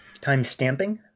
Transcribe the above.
Timestamping